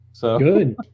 Good